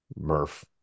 Murph